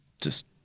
just-